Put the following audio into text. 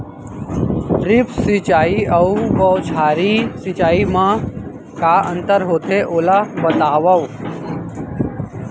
Drip सिंचाई अऊ बौछारी सिंचाई मा का अंतर होथे, ओला बतावव?